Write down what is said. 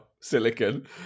Silicon